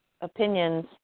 opinions